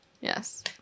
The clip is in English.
Yes